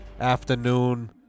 afternoon